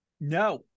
No